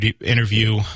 interview